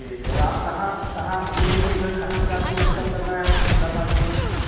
ठीक है आप कहाँ कहाँ मिलेंगी जो है कहाँ से आपको पिकअप है और गुड्डा पार्क ले जाना है